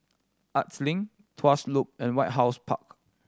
Arts Link Tuas Loop and White House Park